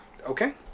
Okay